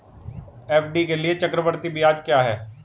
FD के लिए चक्रवृद्धि ब्याज क्या है?